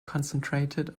concentrated